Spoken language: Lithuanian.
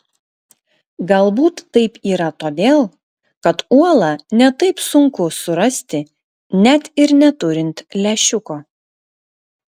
galbūt taip yra todėl kad uolą ne taip sunku surasti net ir neturint lęšiuko